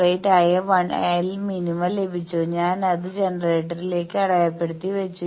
48 ആയ lmin ലഭിച്ചു ഞാൻ അത് ജനറേറ്ററിലേക്ക് അടയാളപ്പെടുത്തി വെച്ചു